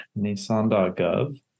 Nissan.gov